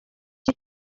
iki